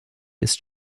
ist